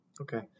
Okay